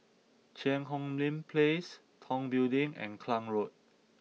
Cheang Hong Lim Place Tong Building and Klang Road